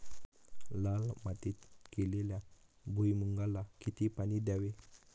लाल मातीत केलेल्या भुईमूगाला किती पाणी द्यावे?